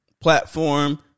platform